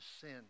sin